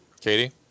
Katie